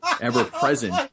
ever-present